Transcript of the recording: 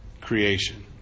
creation